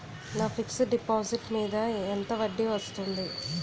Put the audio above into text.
నా fixed deposit మీద ఎంత వడ్డీ వస్తుంది?